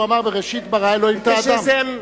הוא אמר: בראשית ברא אלוהים את האדם.